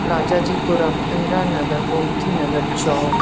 राजा जी पुरम Indira Nagar Gomti Nagar चौक